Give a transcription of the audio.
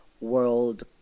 world